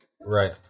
Right